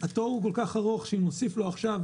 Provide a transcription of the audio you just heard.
התור כל כך ארוך, שאם נוסיף לו עכשיו